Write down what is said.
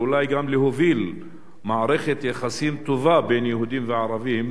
ואולי גם להוביל מערכת יחסים טובה בין יהודים וערבים